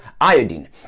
iodine